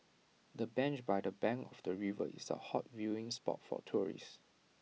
the bench by the bank of the river is A hot viewing spot for tourists